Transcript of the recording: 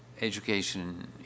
education